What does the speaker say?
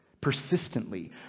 persistently